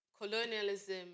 colonialism